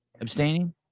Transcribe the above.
abstaining